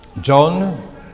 John